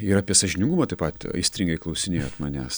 ir apie sąžiningumą taip pat aistringai klausinėjot manęs